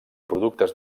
productes